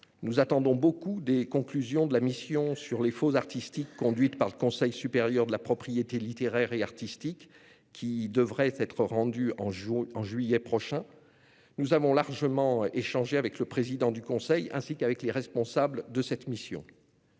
Nous attendons beaucoup des conclusions de la mission sur les faux artistiques conduite par le Conseil supérieur de la propriété littéraire et artistique, qui devraient être rendues en juillet prochain. Nous avons largement échangé avec le président du Conseil supérieur, ainsi qu'avec les responsables de cette mission.